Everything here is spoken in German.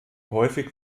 häufig